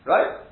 Right